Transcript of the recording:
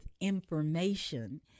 information